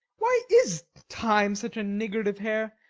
why is time such a niggard of hair,